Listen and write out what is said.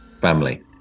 Family